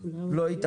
הוא לא איתנו.